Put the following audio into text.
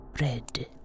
red